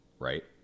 Right